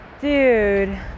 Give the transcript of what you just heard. Dude